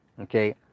Okay